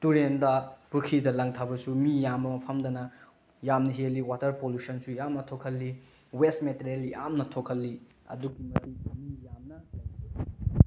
ꯇꯨꯔꯦꯟꯗ ꯄꯨꯈ꯭ꯔꯤꯗ ꯂꯪꯊꯕꯁꯨ ꯃꯤ ꯌꯥꯝꯕ ꯃꯐꯝꯗꯅ ꯌꯥꯝꯅ ꯍꯦꯜꯂꯤ ꯋꯥꯇꯔ ꯄꯣꯂꯨꯁꯟꯁꯨ ꯌꯥꯝꯅ ꯊꯣꯛꯍꯜꯂꯤ ꯋꯦꯁ ꯃꯦꯇꯤꯔꯤꯌꯦꯜ ꯌꯥꯝꯅ ꯊꯣꯛꯍꯜꯂꯤ